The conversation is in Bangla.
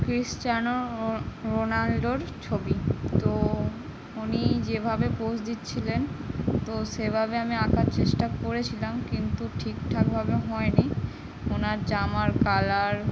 ক্রিশ্চানো রোনাল্ডোর ছবি তো উনি যেভাবে পোস দিচ্ছিলেন তো সেভাবে আমি আঁকার চেষ্টা করেছিলাম কিন্তু ঠিকঠাকভাবে হয়নি ওনার জামার কালার